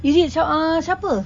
is it sa~ uh siapa